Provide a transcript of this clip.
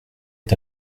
est